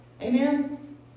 amen